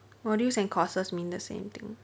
modules and courses mean the same thing